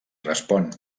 respon